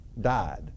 died